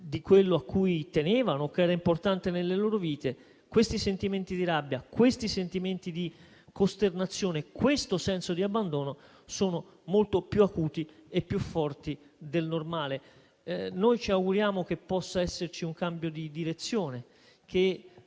di quello a cui tenevano o che era importante nelle loro vite, questi sentimenti di rabbia e di costernazione e questo senso di abbandono sono molto più acuti e più forti del normale. Noi ci auguriamo che possa esserci un cambio di direzione, che